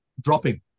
dropping